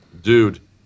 dude